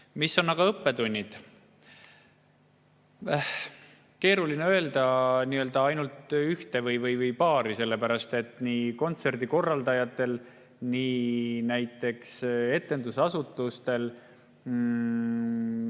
Mis on aga õppetunnid? Keeruline on öelda ainult ühte või paari, sellepärast et nii kontserdikorraldajatel kui ka etendusasutustel,